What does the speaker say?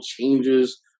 changes